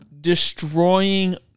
destroying